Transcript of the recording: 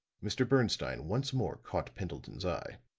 mr. bernstine once more caught pendleton's eye.